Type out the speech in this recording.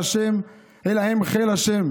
אלא הם חיל ה',